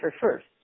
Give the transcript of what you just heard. first